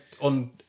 on